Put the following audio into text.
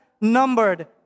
numbered